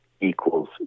equals